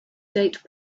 date